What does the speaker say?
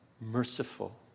merciful